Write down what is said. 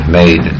made